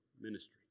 ministry